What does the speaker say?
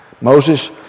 Moses